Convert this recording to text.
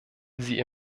sie